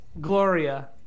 Gloria